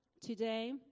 today